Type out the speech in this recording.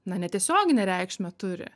na ne tiesioginę reikšmę turi